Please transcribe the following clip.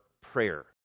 prayer